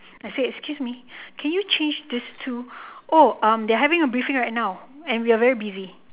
I said excuse me can you change these two oh they are having a briefing right now and we are very busy